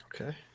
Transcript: Okay